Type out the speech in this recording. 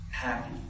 Happy